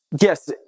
yes